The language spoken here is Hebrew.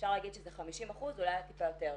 אפשר להגיד שזה 50%, אולי טיפה יותר.